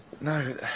No